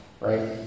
right